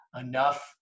enough